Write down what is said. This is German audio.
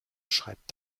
schreibt